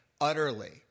utterly